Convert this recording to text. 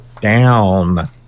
down